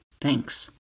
Thanks